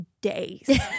days